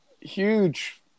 huge